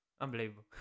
unbelievable